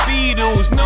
Beatles